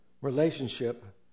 relationship